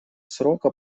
срока